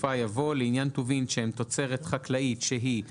בסופה יבוא "לעניין טובין שהם תוצרת חקלאית שהיא מסוג: